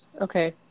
okay